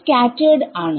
സ്കാറ്റെർഡ്ആണ്